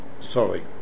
sorry